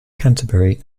canterbury